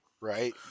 right